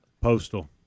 postal